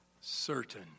Certain